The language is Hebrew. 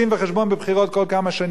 אבל ישנה מערכת שלטונית,